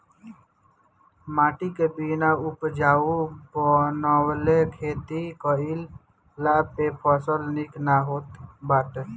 माटी के बिना उपजाऊ बनवले खेती कईला पे फसल निक ना होत बाटे